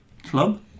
Club